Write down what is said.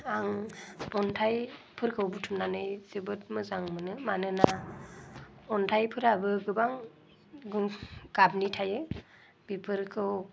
आं अन्थाइफोरखौ बुथुमनानै जोबोर मोजां मोनो मानोना अन्थाइफोराबो गोबां गुबुन गाबनि थायो बेफोरखौ